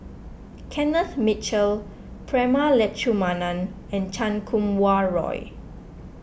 Kenneth Mitchell Prema Letchumanan and Chan Kum Wah Roy